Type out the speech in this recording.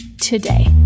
today